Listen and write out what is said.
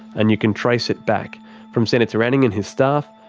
and you can trace it back from senator anning and his staff,